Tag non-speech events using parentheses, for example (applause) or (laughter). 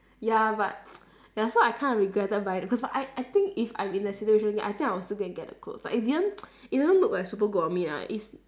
ya but ya so I kinda regretted buying it because like I I think if I'm in that situation I think I'll still go and get the clothes but it didn't (noise) it didn't look like super good on me lah it's